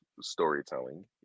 storytelling